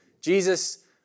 Jesus